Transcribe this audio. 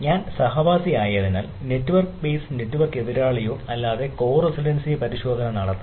ഞാൻ സഹവാസിയായതിനാൽ network base നെറ്റ്വർക്കോ എതിരാളിയോ ഇല്ലാതെ കോ റെസിഡൻസി പരിശോധന നടത്താം